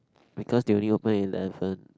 because they only open at eleven